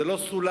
זה לא סולם,